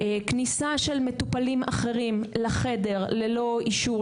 כניסה של מטופלים אחרים לחדר ללא אישור,